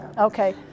okay